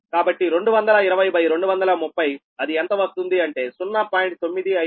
కాబట్టి 220230 అది ఎంత వస్తుంది అంటే 0